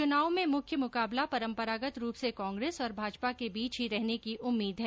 चुनाव में मुख्य मुकाबला परंपरागत रूप से कांग्रेस और भाजपा के बीच ही रहने की उम्मीद है